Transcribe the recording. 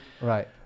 right